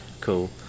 Cool